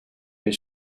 his